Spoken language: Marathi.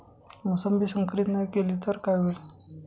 मोसंबी संकरित नाही केली तर काय होईल?